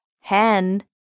hand